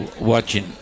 watching